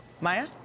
Maya